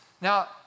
Now